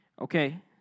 Okay